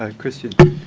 ah christian?